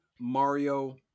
Mario